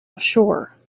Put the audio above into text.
offshore